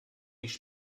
mich